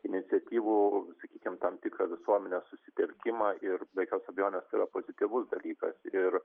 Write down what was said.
iniciatyvų sakykim tam tikrą visuomenės susitelkimą ir be jokios abejonės pozityvus dalykas ir